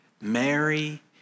Mary